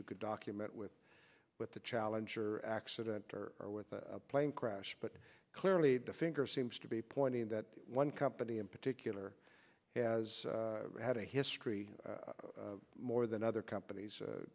you could document with with the challenger accident or with a plane crash but clearly the finger seems to be pointing in that one company in particular has had a history more than other companies